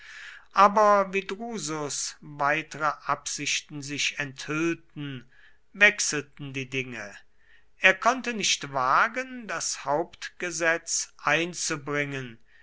aber wie drusus weitere absichten sich enthüllten wechselten die dinge er konnte nicht wagen das hauptgesetz einzubringen